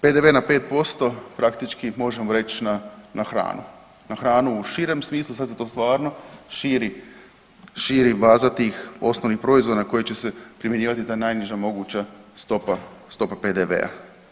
PDV na 5% praktički možemo reći na hranu, na hranu u širem smislu sad se to stvarno širi baza tih osnovnih proizvoda na koje će se primjenjivati ta najniža moguća stopa PDV-a.